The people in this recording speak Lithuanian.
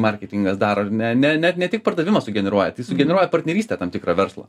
marketingas daro ir ne ne ne ne tik pardavimą sugeneruoja sugeneruoja partnerystę tam tikrą verslo